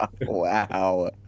wow